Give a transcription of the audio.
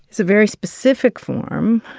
it's a very specific form.